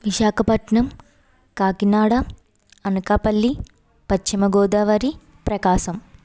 Visakhapatnam Kakinada Anakapalli Paschima Godavari Prakasam